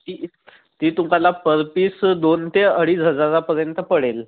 ती ती तुम्हाला पर पीस दोन ते अडीच हजारापर्यंत पडेल